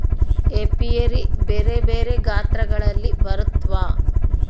apiary ಬೆರೆ ಬೆರೆ ಗಾತ್ರಗಳಲ್ಲಿ ಬರುತ್ವ